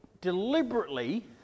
deliberately